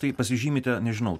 tai pasižymite nežinau